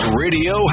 radio